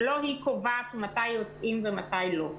כי לא היא קובעת מתי יוצאים ומתי לא.